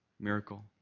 miracle